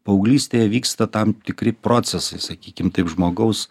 paauglystėje vyksta tam tikri procesai sakykim taip žmogaus